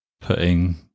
putting